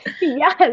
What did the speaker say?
Yes